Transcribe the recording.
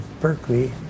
Berkeley